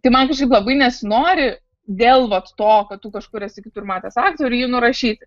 tai man kažkaip labai nesinori dėl vat to kad tu kažkur esi kitur matęs aktorių jį nurašyti